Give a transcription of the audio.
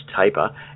taper